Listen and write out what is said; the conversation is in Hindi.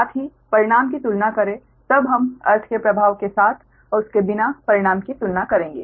साथ ही परिणाम की तुलना करें तब हम अर्थ के प्रभाव के साथ और बिना परिणाम की तुलना करेंगे